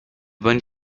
bonnes